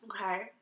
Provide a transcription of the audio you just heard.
Okay